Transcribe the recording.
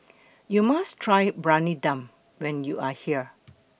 YOU must Try Briyani Dum when YOU Are here